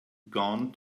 gone